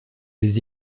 des